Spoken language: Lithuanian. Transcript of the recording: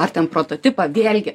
ar ten prototipą vėlgi